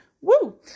Woo